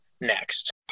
Next